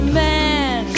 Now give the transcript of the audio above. man